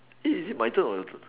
eh is it my turn or your turn